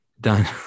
done